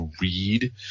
read